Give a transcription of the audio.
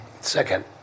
Second